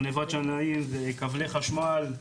גניבת שנאים וכבלי חשמל,